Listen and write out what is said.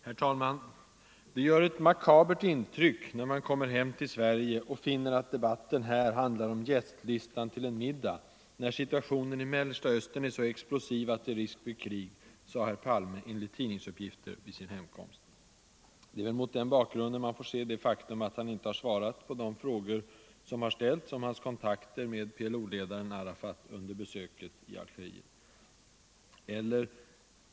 Nr 127 Herr talman! Det gör ett makabert intryck när man kommer hem till Fredagen den Sverige och finner att debatten här handlar om gästlistan till en middag, 22 november 1974 när situationen i Mellersta Östern är så explosiv att det är risk för krig, sade enligt tidningsuppgifter herr Palme vid sin hemkomst. Det är väl — Ang. läget i mot den bakgrunden vi får se det faktum att han inte har svarat på Mellersta Östern, de frågor som ställts om hans kontakter med PLO-ledaren Arafat under = m.m. besöket i Algeriet.